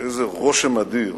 איזה רושם אדיר